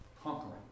conquering